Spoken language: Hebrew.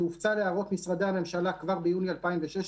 שהופצה להערות משרדי הממשלה כבר ביוני 2016,